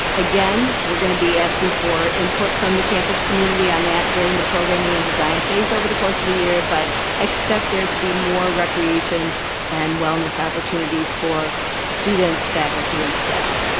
again, we're going to be asking for input from the campus community on that during the programming and design phase over the course of the year but expect there to be more recreation and wellness opportunities for students, faculty and staff.